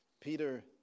Peter